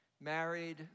married